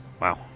wow